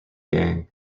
gang